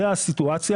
זו הסיטואציה.